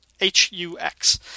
H-U-X